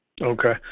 Okay